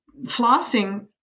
flossing